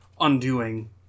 undoing